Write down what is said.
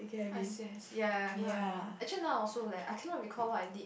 I see I see ya ya ya I get what you mean actually now also leh I cannot recall what I did